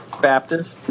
Baptist